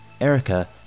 Erica